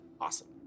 awesome